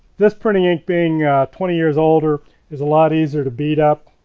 this printing ink being twenty years older it's a lot easier to beat up.